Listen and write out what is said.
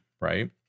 right